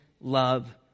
love